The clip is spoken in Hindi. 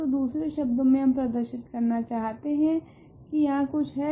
तो दूसरे शब्दो मे हम प्रदर्शित करना चाहते है की यहाँ कुछ है